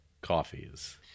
coffees